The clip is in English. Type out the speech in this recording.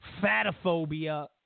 fatophobia